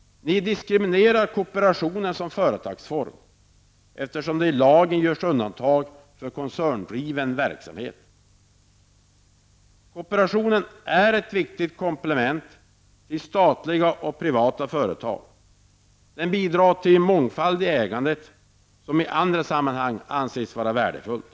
Ni diskriminerar kooperationen som företagsform, eftersom det i lagen görs undantag för koncerndriven verksamhet. Kooperationen är ett viktigt komplement till statliga och privata företag. Den bidrar till mångfald ägandet, vilket i andra sammanhang anses vara värdefullt.